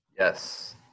Yes